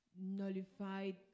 Nullified